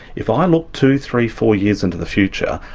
if i look two, three, four years into the future,